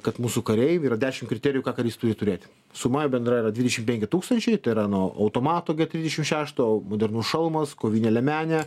kad mūsų kariai yra dešim kriterijų ką karys turi turėti suma bendra yra dvidešim penki tūkstančiai tai yra nuo automato trisdešim šešto modernus šalmas kovinė liemenė